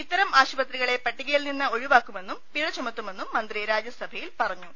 ഇത്തരം ആശുപത്രികളെ പട്ടികയിൽ നിന്ന് ഒഴിവാക്കുമെന്നും പിഴ ചുമത്തുമെന്നും മന്ത്രി രാജ്യസഭയിൽ പറഞ്ഞു